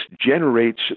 generates